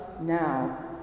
now